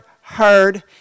heard